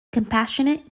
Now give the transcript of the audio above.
compassionate